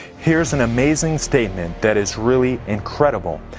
here's an amazing statement that is really incredible.